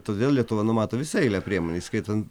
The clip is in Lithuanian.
todėl lietuva numato visą eilę priemonių įskaitant